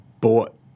bought